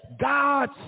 God